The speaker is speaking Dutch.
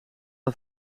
een